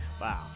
Wow